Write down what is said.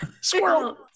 Squirrel